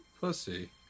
pussy